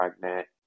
pregnant